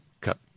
cut